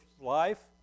life